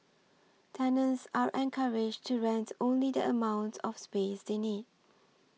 tenants are encouraged to rent only the amount of space they need